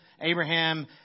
Abraham